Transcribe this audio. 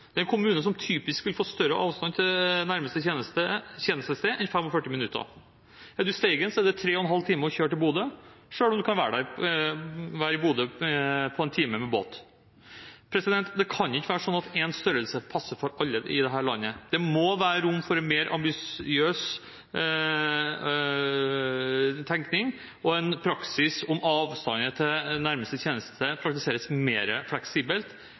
Det er en kommune som typisk vil få større avstand til nærmeste tjenestested enn 45 minutter. Er man i Steigen, er det tre og en halv time å kjøre til Bodø, selv om man kan være i Bodø på en time med båt. Det kan ikke være sånn at en størrelse passer for alle i dette landet. Det må være rom for en mer ambisiøs tenkning, der avstand til nærmeste tjenestested praktiseres mer fleksibelt,